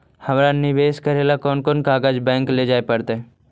हमरा निवेश करे ल कोन कोन कागज बैक लेजाइ पड़तै?